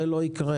זה לא יקרה.